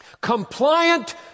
Compliant